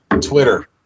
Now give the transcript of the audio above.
Twitter